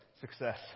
Success